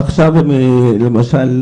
עכשיו למשל,